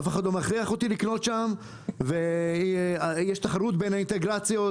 אף אחד לא מכריח אותי לקנות שם ויש תחרות בין האינטגרציות.